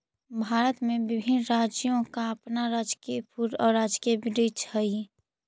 भारत में विभिन्न राज्यों का अपना राजकीय फूल और राजकीय वृक्ष हई